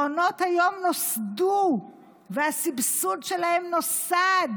מעונות היום נוסדו והסבסוד שלהם נוסד